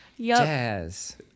Jazz